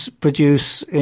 produce